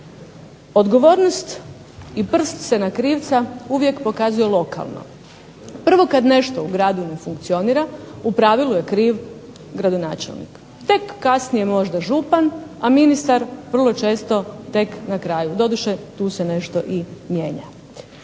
odgovornost i prst se na krivca uvijek pokazuje lokalno. Prvo kad nešto u gradu ne funkcionira u pravilu je kriv gradonačelnik, tek kasnije možda župan, a ministar vrlo često tek na kraju, doduše tu se nešto i mijenja.